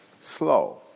slow